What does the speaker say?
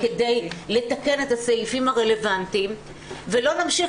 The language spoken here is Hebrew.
כדי לתקן את הסעיפים הרלבנטיים ולא נמשיך